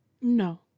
No